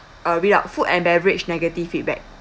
read out food and beverage negative feedback